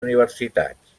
universitats